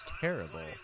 terrible